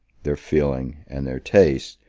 their feeling, and their taste,